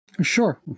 Sure